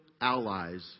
allies